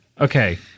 Okay